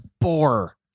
bore